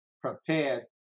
prepared